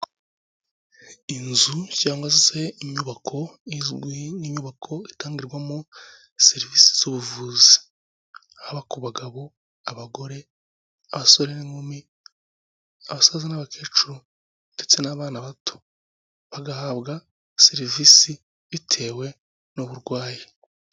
Inzu cyangwa se inyubako, izwe nk'inyubako itangirwamo serivisi z'ubuvuzi. Haba ku bagabo, abagore, abasore n'inkumi, abasaza n'abakecuru, ndetse n'abana bato. Bagahabwa serivisi, bitewe n'uburwayi.